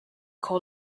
cul